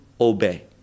obey